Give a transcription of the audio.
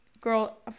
Girl